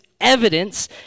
evidence